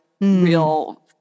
real